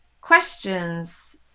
questions